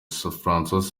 francois